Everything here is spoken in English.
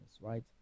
right